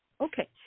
Okay